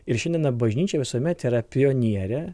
ir šiandieną bažnyčia visuomet yra pionierė